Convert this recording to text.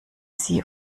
sie